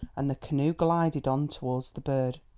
and the canoe glided on towards the bird.